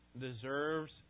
deserves